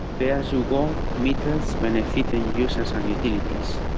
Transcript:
pay-as-you-go meters benefit and users ah and utilities.